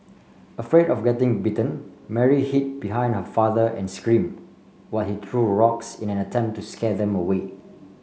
afraid of getting bitten Mary hid behind her father and scream while he threw rocks in an attempt to scare them away